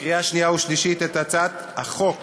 לקריאה שנייה ושלישית את הצעת חוק